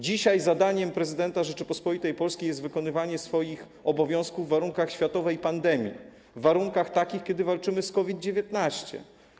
Dzisiaj zadaniem prezydenta Rzeczypospolitej Polskiej jest wykonywanie swoich obowiązków w warunkach światowej pandemii, w warunkach takich, kiedy walczymy z COVID-19.